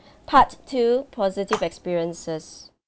part two positive experiences